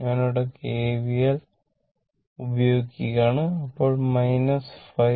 ഞാനിവിടെ K V L ഉപയോഗിക്കുകയാണ് അപ്പോൾ 5 0